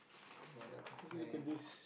what are the plans